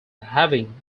having